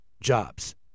jobs